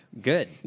Good